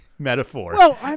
Metaphor